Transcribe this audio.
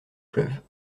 fleuve